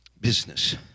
business